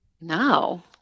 No